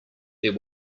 there